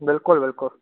बिल्कुलु बिल्कुलु